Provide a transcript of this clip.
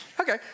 Okay